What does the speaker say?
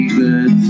good